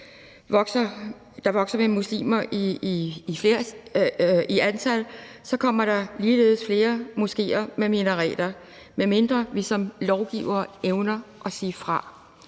når muslimer vokser i antal, kommer der ligeledes flere moskéer med minareter, medmindre vi som lovgivere evner at sige fra,